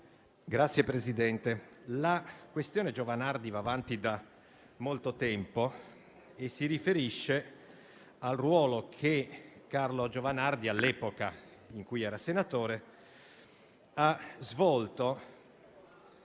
Signor Presidente, la questione in oggetto va avanti da molto tempo e si riferisce al ruolo che Carlo Giovanardi, all'epoca in cui era senatore, ha svolto